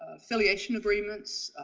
affiliation agreements,